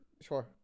sure